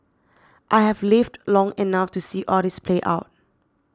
I have lived long enough to see all this play out